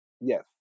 Yes